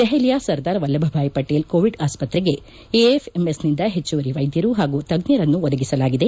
ದೆಪಲಿಯ ಸರ್ದಾರ್ ವಲ್ಲಭಭಾಯ್ ಪಟೀಲ್ ಕೋವಿಡ್ ಆಸ್ಪತ್ರೆಗೆ ಎಎಫಿ ್ ಎಮ್ಎಸ್ನಿಂದ ಹೆಚ್ಚುವರಿ ವೈದ್ಯರು ಹಾಗೂ ತಜ್ಞರನ್ನು ಒದಗಿಸಲಾಗಿದೆ